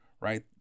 Right